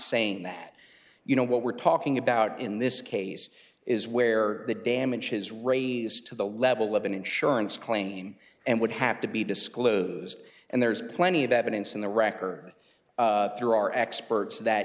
saying that you know what we're talking about in this case is where the damages raise to the level of an insurance claim and would have to be disclosed and there's plenty of evidence in the record or through our experts that